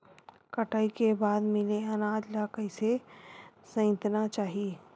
कटाई के बाद मिले अनाज ला कइसे संइतना चाही?